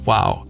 Wow